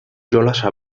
jolasa